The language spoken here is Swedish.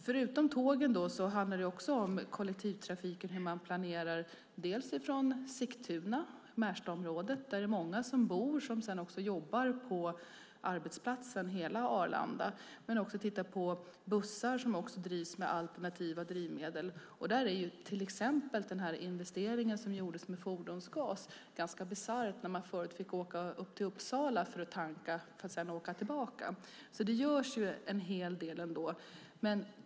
Förutom tågen handlar det om kollektivtrafiken och hur man planerar dels från Sigtuna och Märstaområdet, där många bor som jobbar på arbetsplatsen Arlanda, dels bussar som drivs med alternativa drivmedel. Där var till exempel den investering som gjordes med fordonsgas ganska bisarr när man fick åka till Uppsala för att tanka och sedan åka tillbaka. Det görs ändå en hel del.